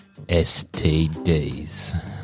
STDs